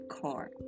car